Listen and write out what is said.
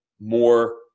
more